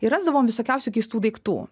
ir rasdavom visokiausių keistų daiktų